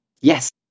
Yes